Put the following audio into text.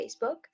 Facebook